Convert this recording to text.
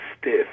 stiff